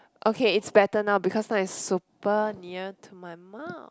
okay it's better now because now it's super near to my mouth